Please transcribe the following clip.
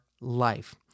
life